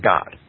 God